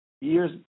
years